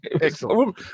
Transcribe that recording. excellent